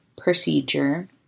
procedure